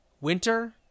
winter